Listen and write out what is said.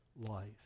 life